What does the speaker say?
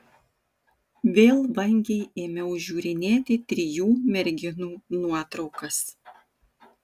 vėl vangiai ėmiau žiūrinėti trijų merginų nuotraukas